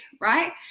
right